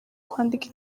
kwandika